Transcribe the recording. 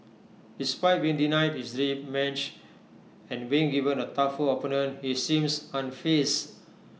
despite being denied his match and being given A tougher opponent he seems unfaze